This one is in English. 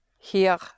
hier